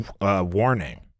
Warning